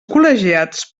col·legiats